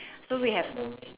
so we have